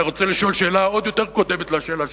אני רוצה לשאול שאלה עוד יותר קודמת לשאלה שקודמת: